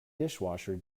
dishwasher